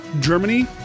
germany